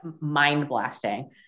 mind-blasting